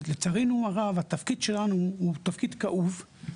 לצערנו הרב, התפקיד שלנו הוא תפקיד כאוב,